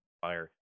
fire